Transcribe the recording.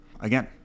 again